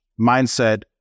mindset